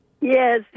Yes